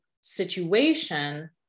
situation